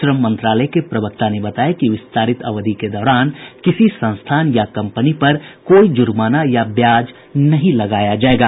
श्रम मंत्रालय के प्रवक्ता ने बताया कि विस्तारित अवधि के दौरान किसी संस्थान या कम्पनी पर कोई जुर्माना या ब्याज नहीं लगाया जायेगा